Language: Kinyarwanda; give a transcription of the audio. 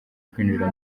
kwinjira